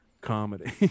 comedy